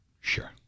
Sure